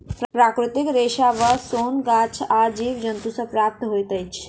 प्राकृतिक रेशा वा सोन गाछ आ जीव जन्तु सॅ प्राप्त होइत अछि